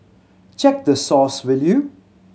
check the source will you